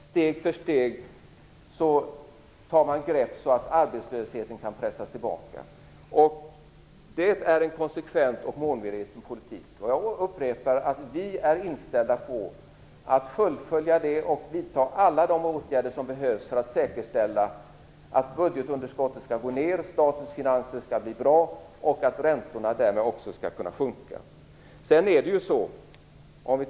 Steg för steg tas grepp så att arbetslösheten kan pressas tillbaka. Det är en konsekvent och målmedveten politik. Jag upprepar att vi är inställda på att fullfölja den och vidta alla de åtgärder som behövs för att säkerställa att budgetunderskottet skall minskas, att statens finanser skall bli goda och att räntorna därmed också skall kunna sjunka.